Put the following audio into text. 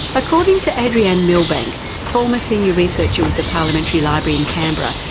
according to adrienne millbank, former senior researcher with the parliamentary library in canberra,